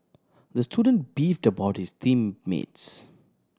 the student beefed about his team mates